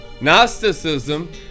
gnosticism